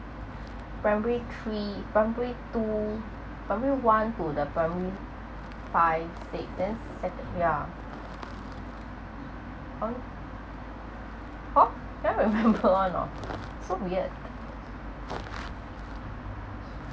primary three primary two primary one to the primary five six then settle ya hor cannot remember [one][oh] so weird